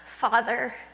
Father